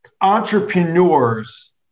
entrepreneurs